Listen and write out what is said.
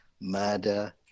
murder